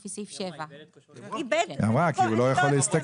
לפי סעיף 7. היא אמרה כי הוא לא יכול להשתכר.